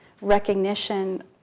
recognition